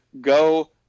go